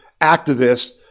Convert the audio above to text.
activists